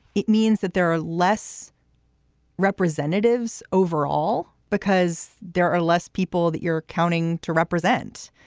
it means that there are less representatives overall because there are less people that you're counting to represent.